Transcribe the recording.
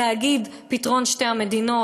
להגיד: פתרון שתי המדינות,